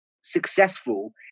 successful